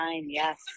yes